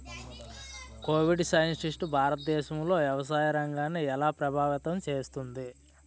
Covid nineteen భారతదేశంలోని వ్యవసాయ రంగాన్ని ఎలా ప్రభావితం చేస్తుంది?